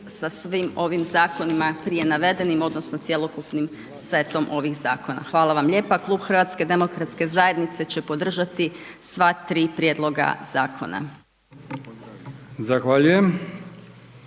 sa svim ovim zakonima prije navedenim odnosno cjelokupnim setom ovih zakona. Hvala vam lijepa. Klub HDZ-a će podržati sva tri prijedloga zakona. **Brkić,